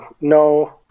no